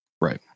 Right